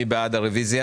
מי בעד הרביזיה